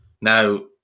Now